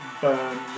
burn